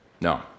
No